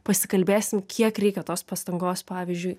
pasikalbėsim kiek reikia tos pastangos pavyzdžiui